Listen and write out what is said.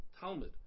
Talmud